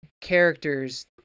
characters